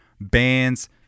bands